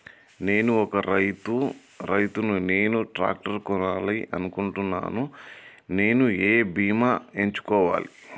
నేను ఒక రైతు ని నేను ట్రాక్టర్ కొనాలి అనుకుంటున్నాను నేను ఏ బీమా ఎంచుకోవాలి?